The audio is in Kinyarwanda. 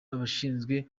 abashinzwe